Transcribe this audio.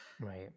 right